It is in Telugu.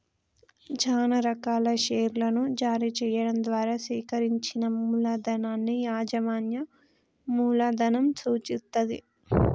చానా రకాల షేర్లను జారీ చెయ్యడం ద్వారా సేకరించిన మూలధనాన్ని యాజమాన్య మూలధనం సూచిత్తది